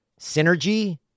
Synergy